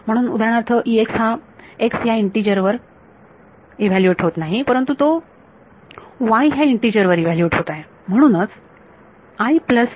म्हणून उदाहरणार्थ E x हा x ह्या इन्टिजर वर ईव्हॅल्यूएट होत नाही परंतु तो y ह्या इन्टिजर वर ईव्हॅल्यूएट होत आहे